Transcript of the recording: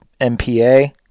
MPA